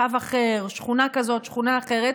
קו אחר, שכונה כזאת, שכונה אחרת,